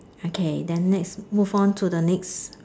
okay then next move on to the next